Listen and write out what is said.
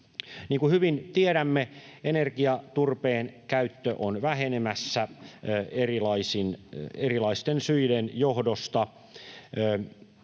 Niin kuin hyvin tiedämme, energiaturpeen käyttö on vähenemässä erilaisten syiden johdosta.